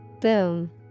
Boom